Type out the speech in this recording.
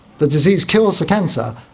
the disease kills the cancer,